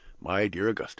my dear augustus,